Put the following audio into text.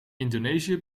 indonesië